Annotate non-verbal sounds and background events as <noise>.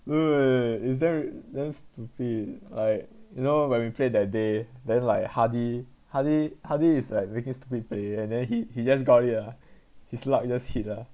<noise> is there damn stupid like you know when we play that day then like hardy hardy hardy is like making stupid play and then he he just got it ah his luck just hit lah